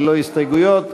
ללא הסתייגויות,